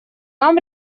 нам